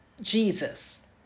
Jesus